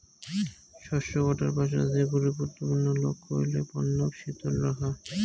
শস্য কাটার পাছত অধিক গুরুত্বপূর্ণ লক্ষ্য হইলেক পণ্যক শীতল রাখা